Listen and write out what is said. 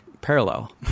parallel